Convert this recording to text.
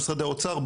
במשרדי האוצר,